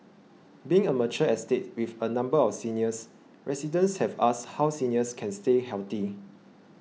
being a mature estate with a number of seniors residents have asked how seniors can stay healthy